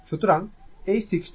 সুতরাং এই 60 গুণ করুন